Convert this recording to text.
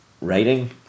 writing